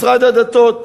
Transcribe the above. משרד הדתות.